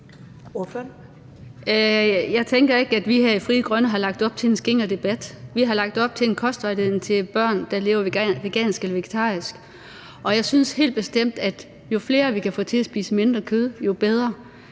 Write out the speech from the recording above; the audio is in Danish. Jeg tænker ikke, at vi i Frie Grønne har lagt op til en skinger debat; vi har lagt op til en kostvejledning til børn, der lever vegansk eller vegetarisk. Og jeg synes helt bestemt, at jo flere vi kan få til at spise mindre kød, jo bedre,